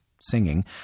singing